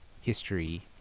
History